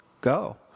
go